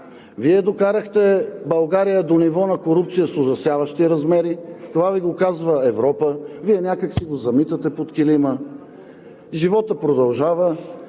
Вие докарахте България до ниво на корупция с ужасяващи размери, това Ви го казва Европа, Вие някак си го замитате под килима, животът продължава,